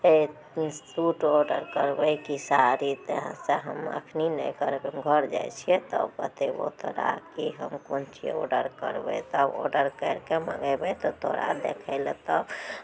suit order करबै कि साड़ी से हम एखनि नहि करबै हम घर जाइ छियै तऽ बतयबहु तोरा कि हम कोन चीज ऑर्डर करबै तब ऑर्डर करि कऽ मङ्गयबै तऽ तोरा देखय लए एतय